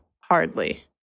hardly